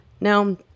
Now